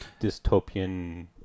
dystopian